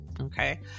okay